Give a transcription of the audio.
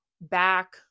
back